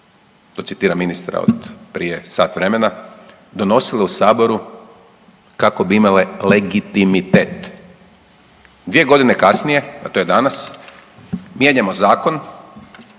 to citiram ministra od prije sat vremena, donosili u saboru kako bi imale legitimitet. Dvije godine kasnije, a to je danas mijenjamo zakon